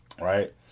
Right